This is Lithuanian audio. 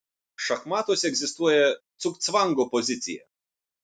šachmatuose egzistuoja cugcvango pozicija